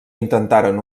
intentaren